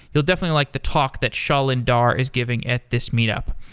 you'll definitely like the talk that shalin dhar is giving at this meet up.